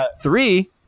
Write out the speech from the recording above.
three